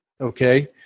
okay